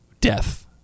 death